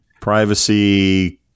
Privacy